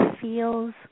feels